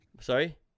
Sorry